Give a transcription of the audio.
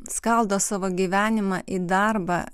skaldo savo gyvenimą į darbą